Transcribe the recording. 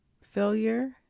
Failure